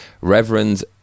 Reverend